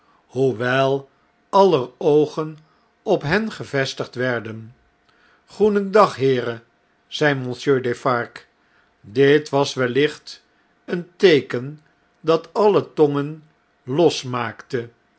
hoewel aller oogen op hen gevestigd werden goedendag heeren zei monsieur defarge dit was wellicht een teeken dat alle tongen losmaakte